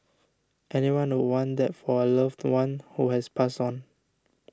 anyone would want that for a loved one who has passed on